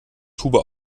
tube